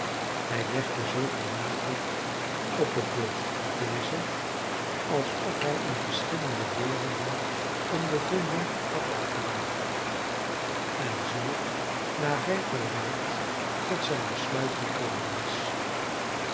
hij legde zulk een nadruk op het woord deze alsof hij in verschillende werelden ondervinding had opgedaan en zoo na rijp beraad tot zijn besluit gekomen was